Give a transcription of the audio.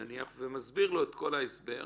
אני לא מדברת על ה-25%,